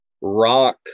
rock